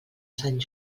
sant